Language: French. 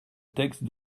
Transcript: texte